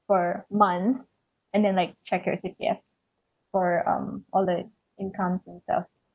per month and then like check your C_P_F for um all the income and stuff